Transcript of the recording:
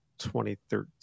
2013